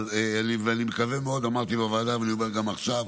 אני מקווה מאוד, אמרתי בוועדה ואני אומר גם עכשיו,